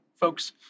folks